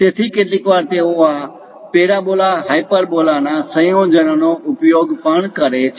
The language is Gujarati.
તેથી કેટલીકવાર તેઓ આ પેરાબોલા હાઈપરબોલા ના સંયોજનોનો ઉપયોગ પણ કરે છે